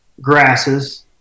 grasses